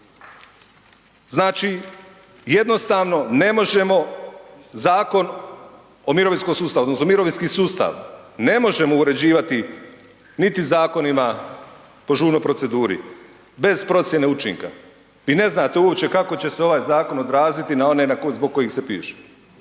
Znači jednostavno ne možemo Zakon o mirovinskom sustavu, odnosno mirovinski sustav ne možemo uređivati niti zakonima po žurnoj proceduri bez procjene učinka. Vi ne znate uopće kako će se ovaj zakon odraziti na one zbog kojih se piše.